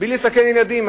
בלי לסכן ילדים,